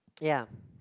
ya